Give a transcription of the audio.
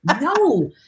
no